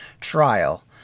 trial